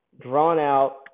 drawn-out